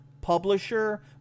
publisher